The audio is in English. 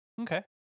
Okay